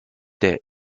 der